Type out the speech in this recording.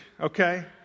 okay